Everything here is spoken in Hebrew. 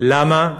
"למה?